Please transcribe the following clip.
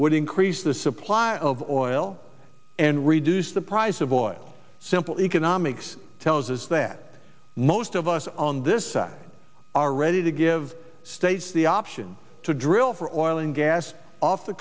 would increase the supply of oil and reduce the price of oil simple economics tells us that most of us on this side are ready to give states the option to drill for oil and gas off the